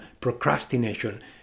procrastination